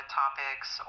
topics